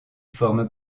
forme